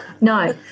no